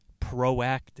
proactive